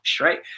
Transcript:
right